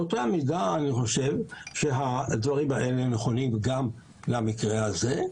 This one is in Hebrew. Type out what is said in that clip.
באותה מידה אני חושב שהדברים האלה נכונים גם למקרה הזה.